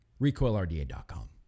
RecoilRDA.com